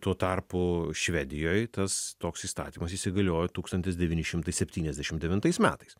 tuo tarpu švedijoj tas toks įstatymas įsigaliojo tūkstantis devyni šimtai septyniasdešim devintais metais